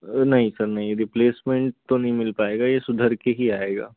नहीं सर नहीं ये रिप्लेसमेंट तो नहीं मिल पाएगा ये सुधर के ही आएगा